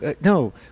no